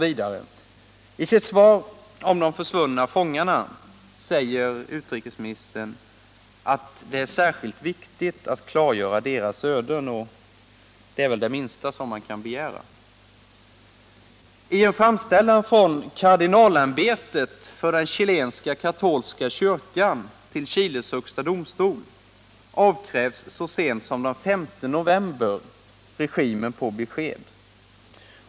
I sitt svar säger utrikesministern vidare om de försvunna fångarna att det är särskilt viktigt att klargöra deras öden. Och det är väl det minsta som man kan begära. I en framställan från kardinalämbetet för den chilenska katolska kyrkan till Chiles högsta domstol avkrävdes så sent som den 5 november regimen besked.